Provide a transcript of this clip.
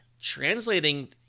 translating